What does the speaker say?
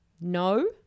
No